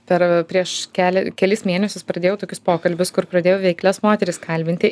per prieš keli kelis mėnesius pradėjau tokius pokalbius kur pradėjo veiklias moteris kalbinti